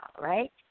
right